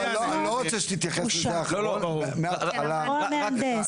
או המהנדס.